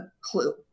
clue